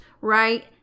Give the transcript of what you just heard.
right